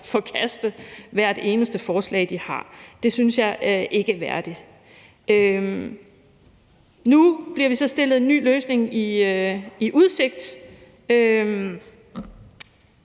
forkaste hvert eneste forslag, de har. Det synes jeg ikke er værdigt. Nu bliver vi så stillet en ny løsning i udsigt.